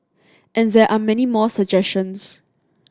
and there are many more suggestions